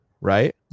Right